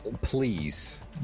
please